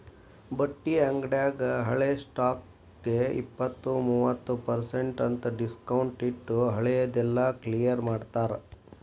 ಬಟ್ಟಿ ಅಂಗ್ಡ್ಯಾಗ ಹಳೆ ಸ್ಟಾಕ್ಗೆ ಇಪ್ಪತ್ತು ಮೂವತ್ ಪರ್ಸೆನ್ಟ್ ಅಂತ್ ಡಿಸ್ಕೊಂಟ್ಟಿಟ್ಟು ಹಳೆ ದೆಲ್ಲಾ ಕ್ಲಿಯರ್ ಮಾಡ್ತಾರ